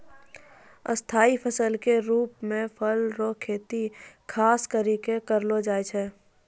स्थाई फसल के रुप मे फल रो खेती खास करि कै करलो जाय छै